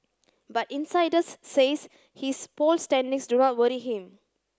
but insiders says his poll standings do not worry him